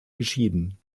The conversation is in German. geschieden